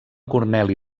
corneli